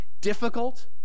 difficult